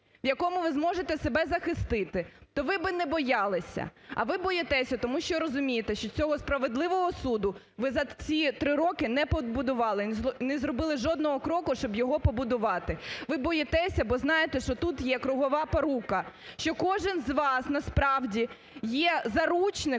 в якому ви зможете себе захистити, то ви би не боялися. А ви боїтесь, тому що розумієте, що цього справедливого суду ви за ці три роки не побудували, не зробили жодного кроку, щоб його побудувати. Ви боїтеся, бо знаєте, що тут є кругова порука, що кожен з вас насправді є заручником,